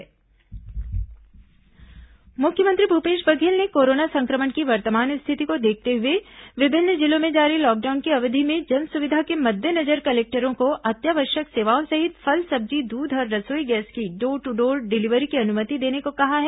मुख्यमंत्री लॉकडाउन रियायत मुख्यमंत्री भूपेश बघेल ने कोरोना संक्रमण की वर्तमान स्थिति को देखते हुए विभिन्न जिलों में जारी लॉकडाउन की अवधि में जनसुविधा के मद्देनजर कलेक्टरों को अत्यावश्यक सेवाओं सहित फल सब्जी दूध और रसोई गैस की डोर टू डोर डिलीवरी की अनुमति देने को कहा है